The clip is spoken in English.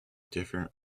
different